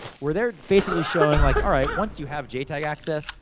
where they're basically showing like, alright, once you have jtag access,